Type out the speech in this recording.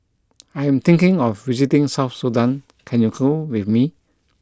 I am thinking of visiting South Sudan can you go with me